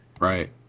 Right